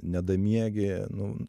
nedamiegi nu